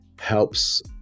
helps